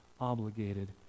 obligated